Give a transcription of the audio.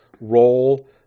role